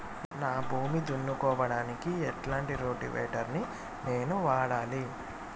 నా భూమి దున్నుకోవడానికి ఎట్లాంటి రోటివేటర్ ని నేను వాడాలి?